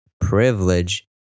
privilege